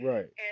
Right